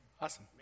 Awesome